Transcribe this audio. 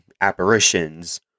apparitions